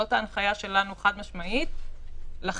זאת ההנחיה שלנו חד-משמעית לחברה.